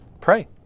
Pray